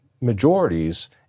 majorities